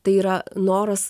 tai yra noras